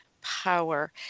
power